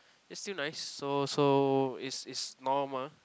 it still nice so so is is normal